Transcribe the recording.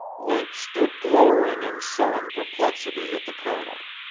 link stood glowering in sullen perplexity at the colonel.